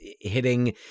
hitting